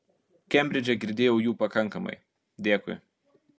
kembridže girdėjau jų pakankamai dėkui